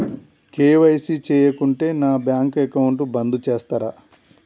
KYC చేయకుంటే నా bank account బంద్ చేస్తరా?